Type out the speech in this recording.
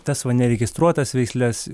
tas va neregistruotas veisles